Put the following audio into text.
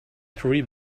three